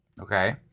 Okay